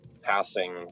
passing